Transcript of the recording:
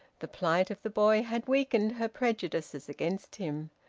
the plight of the boy had weakened her prejudices against him.